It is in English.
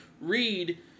read